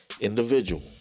individual